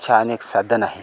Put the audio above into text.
छान एक साधन आहे